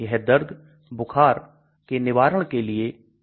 यह दर्द बुखार निवारण के लिए है